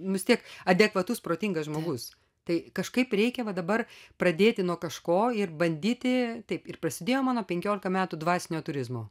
nu vis tiek adekvatus protingas žmogus tai kažkaip reikia va dabar pradėti nuo kažko ir bandyti taip ir prasidėjo mano penkiolika metų dvasinio turizmo